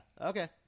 okay